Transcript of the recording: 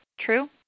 True